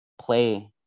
play